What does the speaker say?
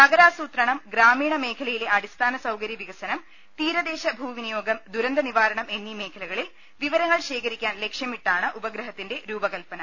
നഗരാസൂത്രണം ഗ്രാമീണ മേഖലയിലെ അടിസ്ഥാന സൌകര്യ വികസനം തീരദേശ ഭൂവിനിയോഗം ദുരന്ത നിവാ രണം എന്നീ മേഖലകളിൽ വിവരങ്ങൾ ശേഖരിക്കാൻ ലക്ഷ്യമിട്ടാണ് ഉപഗ്ര ഹത്തിന്റെ രൂപകൽപന